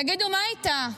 תגידו, מה איתה?